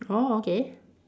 orh okay